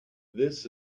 this